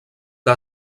que